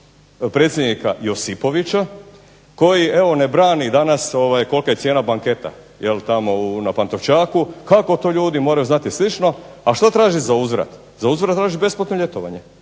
predsjednika Josipovića koji ne brani danas kolika je cijena banketa tamo na Pantovčaku kako to ljudi moraju znati i sl. A što traži zauzvrat? Za uzvrat traži besplatno ljetovanje.